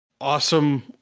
Awesome